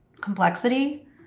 complexity